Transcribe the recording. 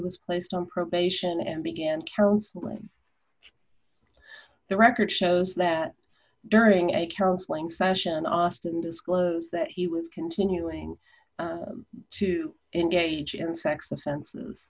was placed on probation and began counseling the record shows that during a counseling session austin disclose that he was continuing to engage in sex offenses